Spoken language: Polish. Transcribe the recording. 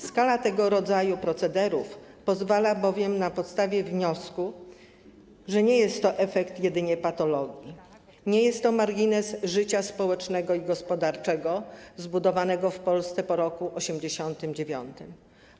Skala tego rodzaju procederów pozwala bowiem na postawienie wniosku, że nie jest to efekt jedynie patologii, nie jest to margines życia społecznego i gospodarczego zbudowanego w Polsce po roku 1989.